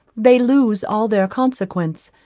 they lose all their consequence,